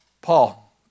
Paul